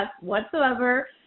whatsoever